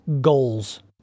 GOALS